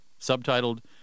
subtitled